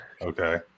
Okay